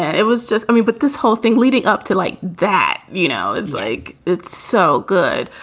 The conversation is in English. it was just i mean, but this whole thing leading up to like that, you know, it's like it's so good.